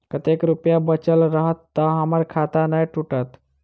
कतेक रुपया बचल रहत तऽ हम्मर खाता नै टूटत?